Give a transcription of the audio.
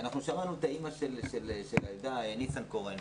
אנחנו שמענו את האימא של הילדה, ניסנקורן,